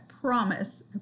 promise